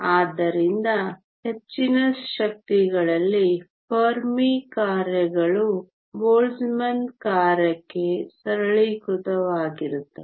ಆದ್ದರಿಂದ ಹೆಚ್ಚಿನ ಶಕ್ತಿಗಳಲ್ಲಿ ಫೆರ್ಮಿ ಕಾರ್ಯಗಳು ಬೋಲ್ಟ್ಜ್ಮನ್ ಕಾರ್ಯಕ್ಕೆ ಸರಳೀಕೃತವಾಗುತ್ತವೆ